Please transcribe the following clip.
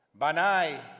Banai